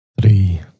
Three